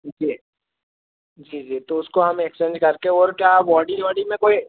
जी जी जी तो उसको हम एक्सचेंज करके और क्या बॉडी वॉडी में कोई